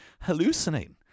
hallucinating